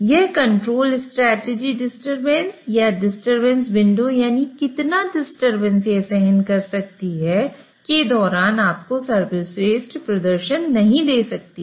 यह control strategy disturbance या disturbance window यानी कितना डिस्टरबेंस यह सहन कर सकती है के दौरान आपको सर्वश्रेष्ठ प्रदर्शन नहीं दे सकती है